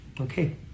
Okay